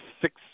six